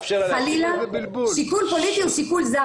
כל שיקול פוליטי הוא שיקול זר,